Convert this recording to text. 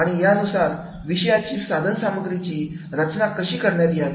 आणि यानुसार विषयाची साधन सामग्रीची रचना करण्यात यावी